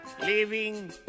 living